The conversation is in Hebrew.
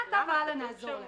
אבל מעתה והלאה נעזור להם.